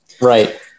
Right